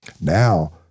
Now